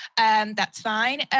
and that's fine.